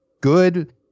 good